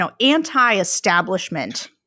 anti-establishment